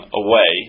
away